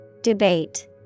Debate